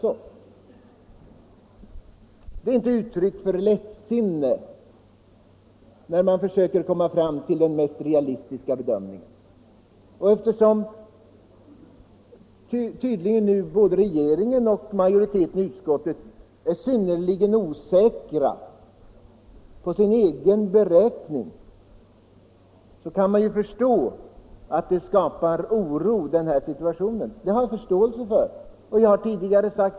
å Det är inte ett uttryck för lättsinne, när man försöker komma fram till den mest realistiska bedömningen. Tydligen är både regeringen och utskottsmajoriteten synnerligen osäkra på sin egen beräkning. Man kan förstå att situationen skapar oro.